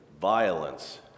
violence